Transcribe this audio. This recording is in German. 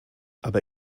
aber